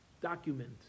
document